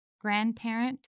grandparent